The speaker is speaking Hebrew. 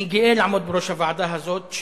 אני גאה לעמוד בראש הוועדה הזאת,